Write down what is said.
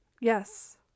Yes